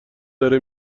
داره